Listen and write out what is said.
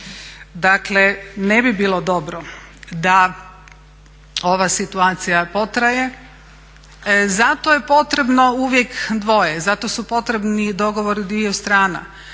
Dakle ne bi bilo dobro da ova situacija potraje. Zato je potrebno uvijek dvoje, zato su potrebni dogovori dviju strana,